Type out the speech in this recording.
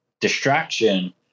distraction